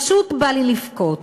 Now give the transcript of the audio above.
פשוט בא לי לבכות.